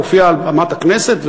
הופיע על במת הכנסת,